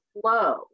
flow